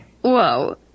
Whoa